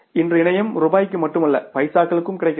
இன்று இணையம் ரூபாய்க்கு மட்டுமல்ல பைசாக்களுக்கும் கிடைக்கிறது